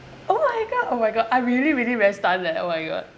oh my god oh my god I really really very stunned leh oh my god